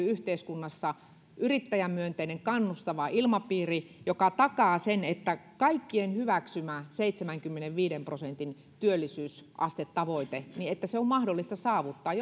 yhteiskunnassa yrittäjämyönteinen kannustava ilmapiiri joka takaa sen että kaikkien hyväksymä seitsemänkymmenenviiden prosentin työllisyysastetavoite on mahdollista saavuttaa